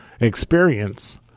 experience